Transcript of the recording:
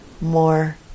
more